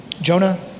Jonah